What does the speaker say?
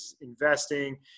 investing